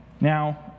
Now